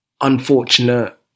unfortunate